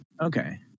okay